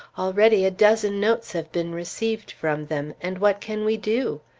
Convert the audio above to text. already a dozen notes have been received from them, and what can we do?